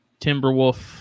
Timberwolf